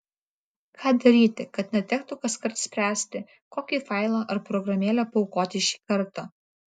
ką daryti kad netektų kaskart spręsti kokį failą ar programėlę paaukoti šį kartą